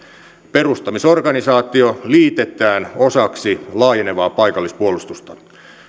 perustamisorganisaatio liitetään osaksi laajenevaa paikallispuolustusta